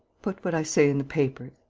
put what i say in the papers.